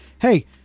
Hey